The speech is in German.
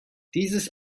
dieses